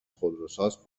خودروساز